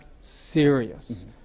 serious